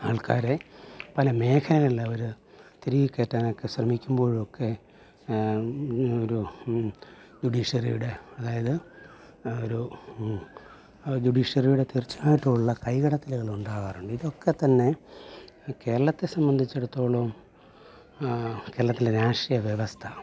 ആൾക്കാരെ പല മേഖലയിലുള്ളവർ തിരിക കയറ്റാനൊക്കെ ശ്രമിക്കുമ്പോഴൊക്കെ ഒരു ജുഡീഷ്യറിയുടെ അതായത് ഒരു ജുഡീഷ്യറിയുടെ തീർച്ചയായിട്ടുള്ള കൈകടത്തലുകൾ ഉണ്ടാകാറുണ്ട് ഇതൊക്കെ തന്നെ കേരളത്തെ സംബന്ധിച്ചെടുത്തോളം കേരളത്തിലെ രാഷ്ട്രീയ വ്യവസ്ഥ